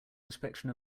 inspection